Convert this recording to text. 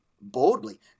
boldly